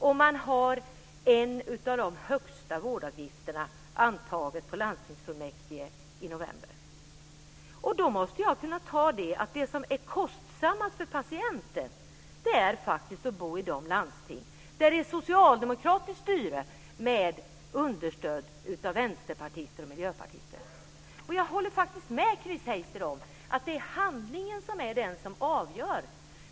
Och man har en av de högsta vårdavgifterna antagen på landstingsfullmäktige i november. Då måste jag kunna säga att det som är kostsammast för patienten är att bo i de landsting där det är ett socialdemokratiskt styre med understöd av vänsterpartister och miljöpartister. Jag håller faktiskt med Chris Heister om att det är handlingen som är det avgörande.